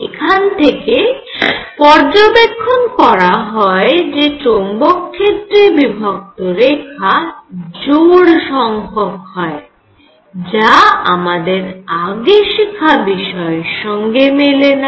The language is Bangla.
এখান থেকে পর্যবেক্ষণ করা হয় যে চৌম্বক ক্ষেত্রে বিভক্ত রেখা জোড় সংখ্যক হয় যা আমাদের আগের শেখা বিষয়ের সঙ্গে মেলে না